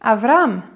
Avram